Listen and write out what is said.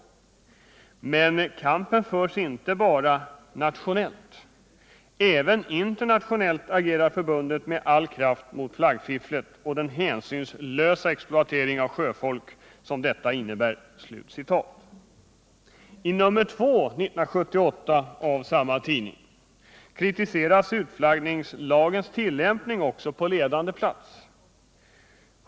Men kampen förs inte bara nationellt. Även internationellt agerar förbundet med all kraft mot faggfifflet och den hänsynslösa exploatering av sjöfolk som detta innebär.” I nr 2 år 1978 av tidningen Sjömannen kritiseras också på ledande plats utflaggningens tillämpning.